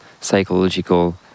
psychological